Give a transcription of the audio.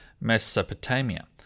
Mesopotamia